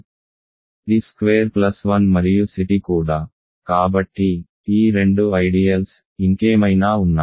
t square plus 1 మరియు C t కూడా కాబట్టి ఈ రెండు ఐడియల్స్ ఇంకేమైనా ఉన్నాయా